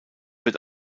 wird